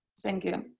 thank you.